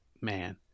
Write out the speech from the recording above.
man